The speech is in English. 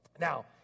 Now